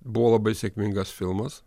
buvo labai sėkmingas filmas